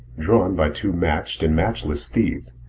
drawn by two matched and matchless steeds,